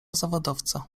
zawodowca